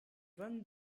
vingt